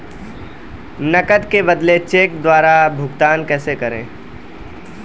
नकद के बदले चेक द्वारा भुगतान कैसे करें?